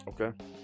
Okay